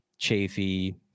Chafee